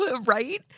Right